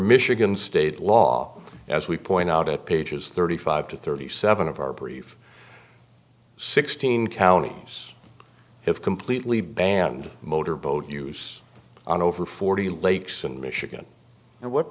michigan state law as we point out at pages thirty five to thirty seven of our brief sixteen counties have completely banned motor boat use on over forty lakes in michigan and what